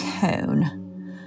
cone